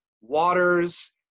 waters